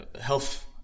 health